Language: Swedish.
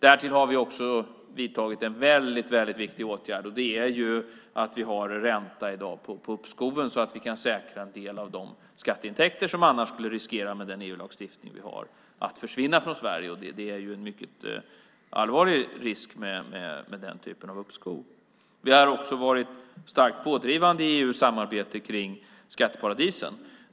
Därtill har vi också vidtagit en väldigt viktig åtgärd, och det är att vi i dag har ränta på uppskoven så att vi kan säkra att en del av de skatteintäkter som annars med den EU-lagstiftning vi har skulle riskera att försvinna från Sverige. Det är en mycket allvarlig risk med den typen av uppskov. Vi har också varit starkt pådrivande i EU-samarbetet kring skatteparadisen.